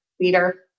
leader